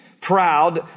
proud